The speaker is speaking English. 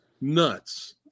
Nuts